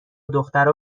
دخترها